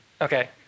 Okay